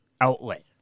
outlet